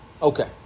Okay